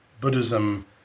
Buddhism